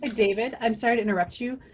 and david, i'm sorry to interrupt you,